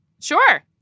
Sure